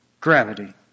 gravity